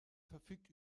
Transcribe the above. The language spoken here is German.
verfügt